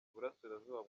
iburasirazuba